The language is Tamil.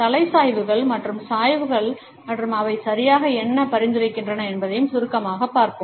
தலை சாய்வுகள் மற்றும் சாய்வுகள் மற்றும் அவை சரியாக என்ன பரிந்துரைக்கின்றன என்பதையும் சுருக்கமாகப் பார்ப்போம்